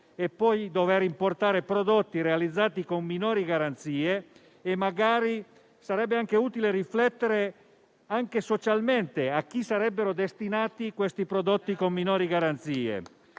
per poi dover importare prodotti realizzati con minori garanzie e magari sarebbe utile riflettere anche socialmente a chi sarebbero destinati questi prodotti con minori garanzie.